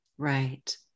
Right